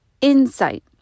insight